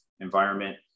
environment